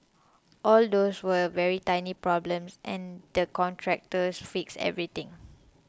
all those were very tiny problems and the contractors fixed everything